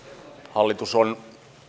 hallitus on